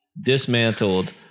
Dismantled